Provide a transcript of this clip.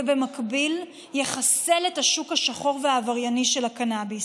ובמקביל יחסל את השוק השחור והעברייני של הקנביס.